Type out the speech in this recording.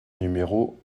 numéro